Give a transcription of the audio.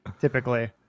typically